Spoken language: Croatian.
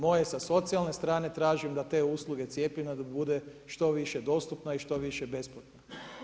Moje sa socijalne strane tražim da te usluge cijepljenja da bude što više dostupna i što više besplatna.